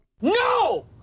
No